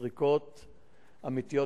סריקות אמיתיות,